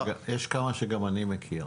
יש כמה שגם אני מכיר.